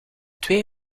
twee